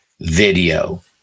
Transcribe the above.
video